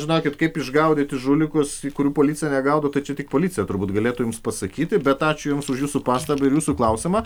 žinokit kaip išgaudyti žulikus kurių policija negaudo tačiau tik policija turbūt galėtų jums pasakyti bet ačiū jums už jūsų pastabą ir jūsų klausimą